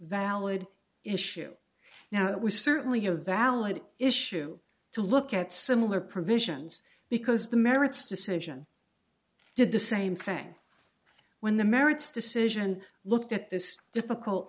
valid issue now it was certainly a valid issue to look at similar provisions because the merits decision did the same thing when the merits decision looked at this difficult